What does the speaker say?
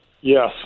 Yes